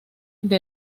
padre